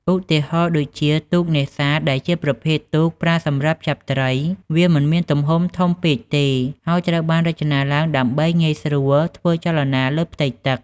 ឧទាហរណ៍ដូចជា ទូកនេសាទ ដែលជាប្រភេទទូកប្រើសម្រាប់ចាប់ត្រី វាមិនមានទំហំធំពេកទេ ហើយត្រូវបានរចនាឡើងដើម្បីងាយស្រួលធ្វើចលនាលើផ្ទៃទឹក។